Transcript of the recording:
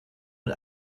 mit